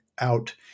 out